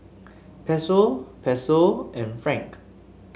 Peso Peso and Franc